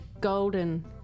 golden